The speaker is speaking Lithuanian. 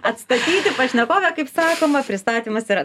atstatyti pašnekovę kaip sakoma pristatymas yra